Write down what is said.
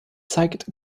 zeigt